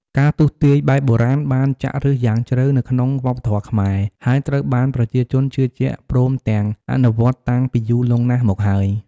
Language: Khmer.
ការទស្សន៍ទាយបែបបុរាណបានចាក់ឫសយ៉ាងជ្រៅនៅក្នុងវប្បធម៌ខ្មែរ ហើយត្រូវបានប្រជាជនជឿជាក់ព្រមទាំងអនុវត្តតាំងពីយូរលង់ណាស់មកហើយ។